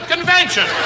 Convention